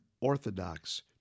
Orthodox